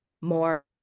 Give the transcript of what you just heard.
more